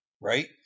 Right